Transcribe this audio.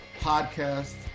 Podcast